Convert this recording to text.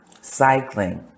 cycling